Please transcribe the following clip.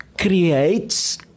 creates